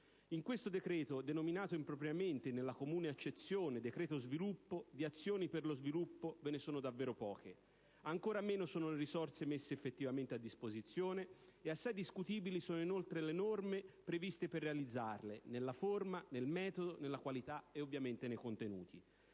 In questo decreto, denominato impropriamente nella comune accezione «decreto sviluppo», di azioni per lo sviluppo ve ne sono davvero poche. Ancora meno sono le risorse messe effettivamente a disposizione e assai discutibili sono inoltre le norme previste per realizzarle, nella forma, nel metodo, nella qualità e ovviamente nei contenuti.